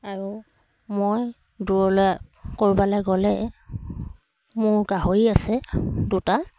আৰু মই দূৰলৈ ক'ৰবালৈ গ'লে মোৰ গাহৰি আছে দুটা